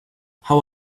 how